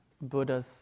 Buddha's